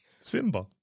Simba